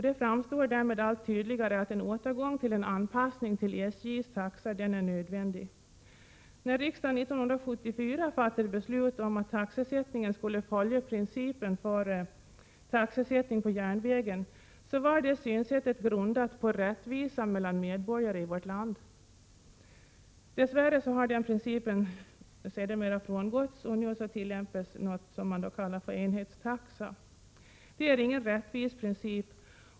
Det framstår därmed allt tydligare att en återgång till en anpassning till SJ:s taxor är nödvändig. När riksdagen 1974 fattade beslut om att taxesättningen skulle följa principen för taxesättning på järnvägen, var det synsättet grundat på att det skulle råda rättvisa mellan medborgare i vårt land. Dess värre har den principen sedermera frångåtts, och nu tillämpas något man kallar enhetstaxa. Det är ingen rättvis princip.